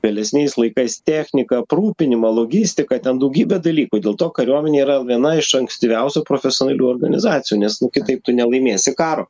vėlesniais laikais techniką aprūpinimą logistiką ten daugybė dalykų dėl to kariuomenė yra viena iš ankstyviausių profesionalių organizacijų nes nu kitaip tu nelaimėsi karo